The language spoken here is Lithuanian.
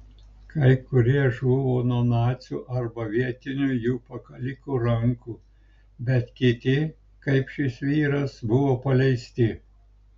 kai kurie žuvo nuo nacių arba vietinių jų pakalikų rankų bet kiti kaip šis vyras buvo paleisti